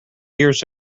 years